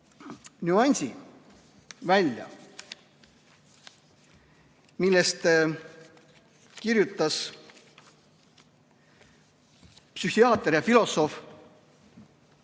nüansi, millest kirjutas psühhiaater ja filosoof